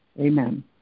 Amen